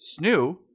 snoo